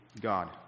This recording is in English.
God